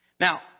Now